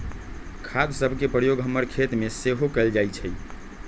खाद सभके प्रयोग हमर खेतमें सेहो कएल जाइ छइ